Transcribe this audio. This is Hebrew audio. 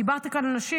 דיברת כאן על נשים,